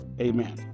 amen